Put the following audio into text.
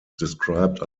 described